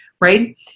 right